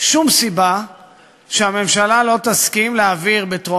שום סיבה שהממשלה לא תסכים להעביר את ההצעה